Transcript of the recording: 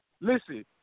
listen